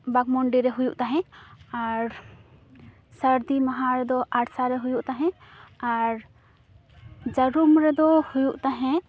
ᱵᱟᱠᱢᱩᱱᱰᱤᱨᱮ ᱦᱩᱭᱩᱜ ᱛᱟᱦᱮᱸᱫ ᱟᱨ ᱥᱟᱨᱫᱤ ᱢᱟᱦᱟ ᱨᱮᱫᱚ ᱟᱲᱥᱟᱨᱮ ᱦᱩᱭᱩᱜ ᱛᱟᱦᱮᱸᱫ ᱟᱨ ᱡᱟᱨᱩᱢ ᱨᱮᱫᱚ ᱦᱩᱭᱩᱜ ᱛᱟᱦᱮᱸᱫ